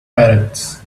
parrots